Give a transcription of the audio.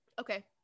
Okay